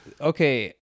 Okay